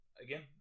Again